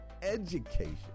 education